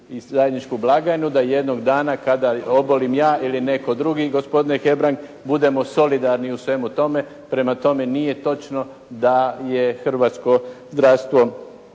u zajedničku blagajnu da jednog dana, kada obolim ja ili netko drugi gospodine Hebrang budemo solidarni u svemu tome. Prema tome, nije točno da je hrvatsko zdravstvo